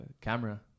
camera